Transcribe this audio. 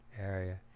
area